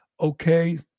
okay